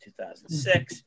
2006